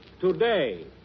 today